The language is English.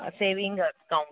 saving account